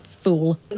fool